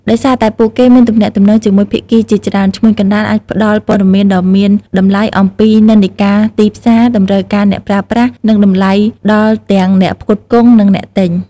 ដោយសារតែពួកគេមានទំនាក់ទំនងជាមួយភាគីជាច្រើន ឈ្មួញកណ្តាលអាចផ្តល់ព័ត៌មានដ៏មានតម្លៃអំពីនិន្នាការទីផ្សារ តម្រូវការអ្នកប្រើប្រាស់ និងតម្លៃដល់ទាំងអ្នកផ្គត់ផ្គង់ និងអ្នកទិញ។